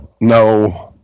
No